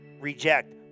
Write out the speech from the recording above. Reject